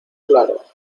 claro